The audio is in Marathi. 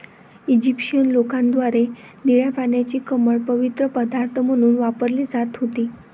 इजिप्शियन लोकांद्वारे निळ्या पाण्याची कमळ पवित्र पदार्थ म्हणून वापरली जात होती